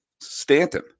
Stanton